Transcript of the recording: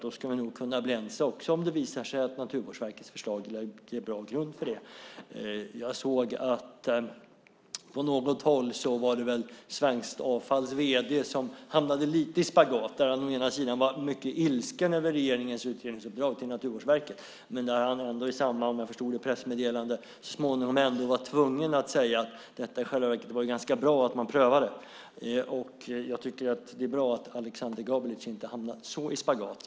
Då ska vi nog kunna bli ense också om det visar sig att Naturvårdsverkets förslag ger en bra grund för det. Jag såg på något håll att Svenskt Avfalls vd hamnade lite i spagat när han å ena sidan var mycket ilsken över regeringens uppdrag till Naturvårdsverket, å andra sidan i samma pressmeddelande - om jag förstod det rätt - så småningom var tvungen att säga att det i själva verket var ganska bra att man prövar det här. Jag tycker att det är bra att Aleksander Gabelic inte hamnar i spagat på det sättet.